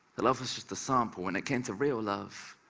love was just a sample, when it came to real love,